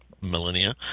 millennia